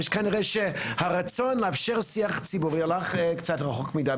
כנראה שהרצון לאפשר שיח ציבורי הלך קצת רחוק מדי.